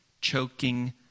choking